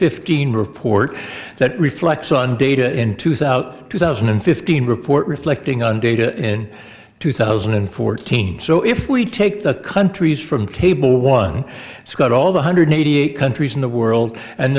fifteen report that reflects on data into thout two thousand and fifteen report reflecting on data in two thousand and fourteen so if we take the countries from cable one scott all one hundred eighty eight countries in the world and